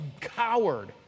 coward